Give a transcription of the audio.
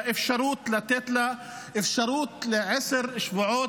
לאפשרות לתת לה אפשרות לעשרה שבועות.